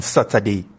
Saturday